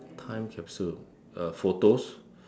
time capsule uh photos